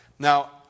Now